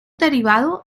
derivado